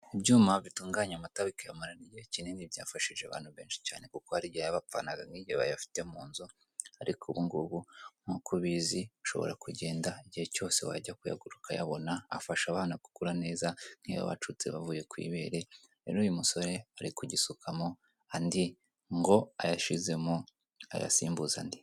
Ibyuma bitunganya amata bikayamarana igihe kinini byafshije abantu benshi cyane kuko hari igihe yabapfanaga nk'igihe bayafite munzu, ariko ubungubu nk'uko ubizi ushobora kugenda igihe cyose wajya kuyagura ukayabona. Afasha abana gukura neza nk'iyo bacutse bavuye ku ibere. Rero uyu musore ari kugisukamo andi ngo ayo ashyizemo ayasimbuze andi.